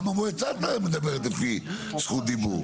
גם המועצה מדברת לפי זכות דיבור,